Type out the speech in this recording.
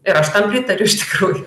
ir aš tam pritariu iš tikrųjų